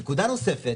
נקודה נוספת,